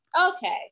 okay